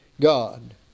God